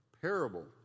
Parable